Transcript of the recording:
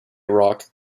rock